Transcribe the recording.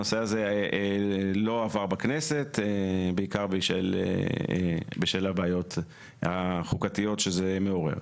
הנושא הזה לא עבר בכנסת בעיקר בשל הבעיות החוקתיות שזה מעורר.